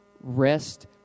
rest